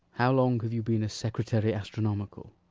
how long have you been a sectary astronomical?